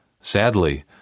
Sadly